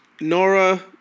Nora